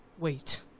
Wait